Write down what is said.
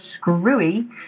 screwy